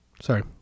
Sorry